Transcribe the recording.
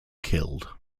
killed